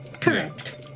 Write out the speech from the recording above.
Correct